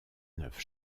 neuf